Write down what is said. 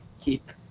keep